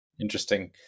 Interesting